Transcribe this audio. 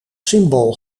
symbool